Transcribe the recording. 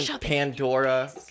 pandora